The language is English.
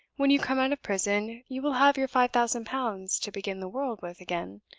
when you come out of prison you will have your five thousand pounds to begin the world with again